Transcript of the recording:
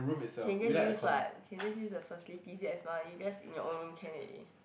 can just use what can just use the facility that is mah you just in your own room can already